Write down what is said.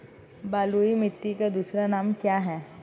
बलुई मिट्टी का दूसरा नाम क्या है?